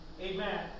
Amen